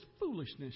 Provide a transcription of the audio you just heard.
foolishness